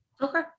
Okay